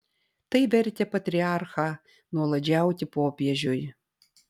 tai vertė patriarchą nuolaidžiauti popiežiui